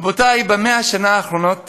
רבותי, ב-100 השנה האחרונות